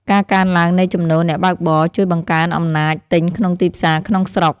ការកើនឡើងនៃចំណូលអ្នកបើកបរ ជួយបង្កើនអំណាចទិញក្នុងទីផ្សារក្នុងស្រុក។